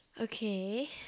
Okay